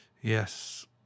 Yes